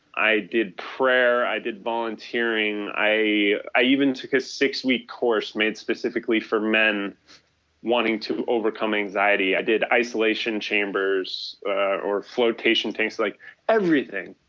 i did prayer, i did volunteering, i i even took a six-week course specifically for men wanting to overcome anxiety, i did isolation chambers or floatation things, like everything,